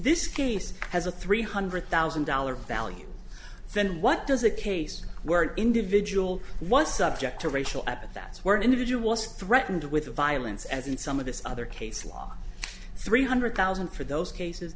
this case has a three hundred thousand dollars value then what does a case where an individual was subject to racial epithets where individuals threatened with violence as in some of this other case law three hundred thousand for those cases